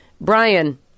Brian